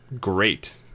great